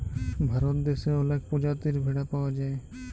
ভারত দ্যাশে অলেক পজাতির ভেড়া পাউয়া যায়